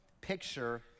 picture